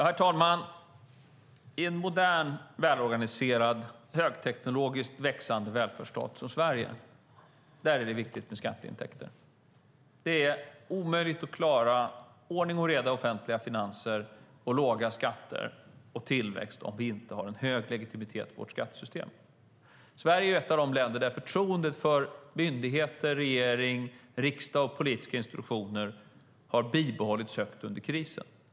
Herr talman! I en modern, välorganiserad, högteknologisk och växande välfärdsstat som Sverige är det viktigt med skatteintäkter. Det är omöjligt att klara ordning och reda i offentliga finanser, låga skatter och tillväxt om vi inte har en stor legitimitet i vårt skattesystem. Sverige är ett av de länder där förtroendet för myndigheter, regering, riksdag och politiska institutioner har bibehållits på en hög nivå under krisen.